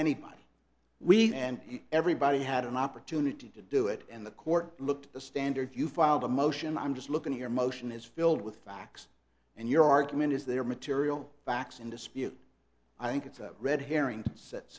and we and everybody had an opportunity to do it and the court looked the standard you filed a motion i'm just looking at your motion is filled with facts and your argument is there material facts in dispute i think it's a red herring set